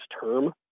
term